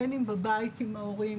בין אם בבית עם ההורים.